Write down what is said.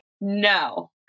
No